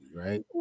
right